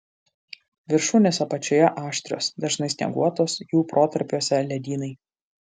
viršūnės apačioje aštrios dažnai snieguotos jų protarpiuose ledynai